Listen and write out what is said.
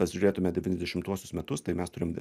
pažiūrėtume devyniasdešimtuosius metus tai mes turim